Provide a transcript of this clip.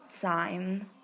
time